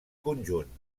conjunt